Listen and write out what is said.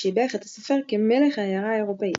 שיבח את הסופר כ"מלך" ההארה האירופאית.